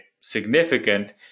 significant